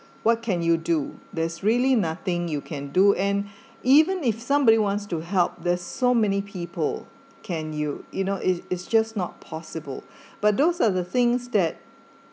what can you do there's really nothing you can do and even if somebody wants to help there's so many people can you you know it's it's just not possible but those are the things that